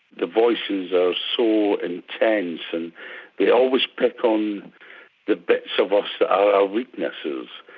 the voices are so intense and they always pick on the bits of us that are our weaknesses.